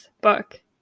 book